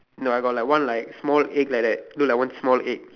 no I got like one like small egg like that look like one small egg